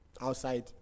outside